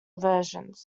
versions